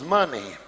money